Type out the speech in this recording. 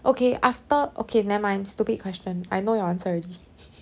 okay after okay nevermind stupid question I know your answer already